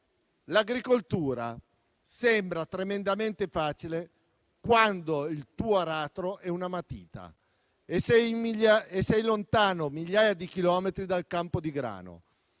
«L'agricoltura sembra tremendamente facile quando il tuo aratro è una matita e sei lontano migliaia di chilometri dal campo di grano».